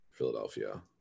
philadelphia